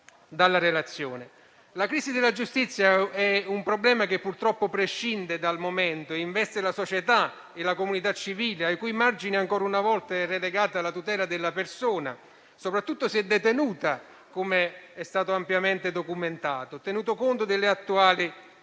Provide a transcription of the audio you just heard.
La crisi della giustizia è un problema che, purtroppo, prescinde dal momento: investe la società, la comunità civile, ai cui margini, ancora una volta, è relegata la tutela della persona, soprattutto se detenuta, come è stato ampiamente documentato, tenuto conto anche delle attuali